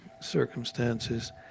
circumstances